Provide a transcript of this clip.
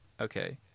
Okay